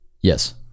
Yes